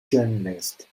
journalist